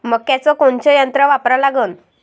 मक्याचं कोनचं यंत्र वापरा लागन?